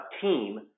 team